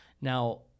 Now